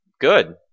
Good